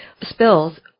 spills